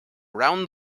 around